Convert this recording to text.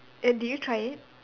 and did you try it